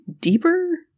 deeper